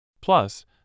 Plus